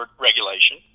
regulation